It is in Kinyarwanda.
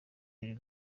ibiri